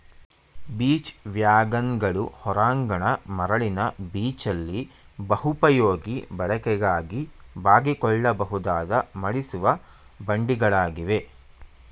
beach ವ್ಯಾಗನ್ಗಳು ಹೊರಾಂಗಣ ಮರಳಿನ ಬೀಚಲ್ಲಿ ಬಹುಪಯೋಗಿ ಬಳಕೆಗಾಗಿ ಬಾಗಿಕೊಳ್ಳಬಹುದಾದ ಮಡಿಸುವ ಬಂಡಿಗಳಾಗಿವೆ